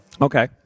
Okay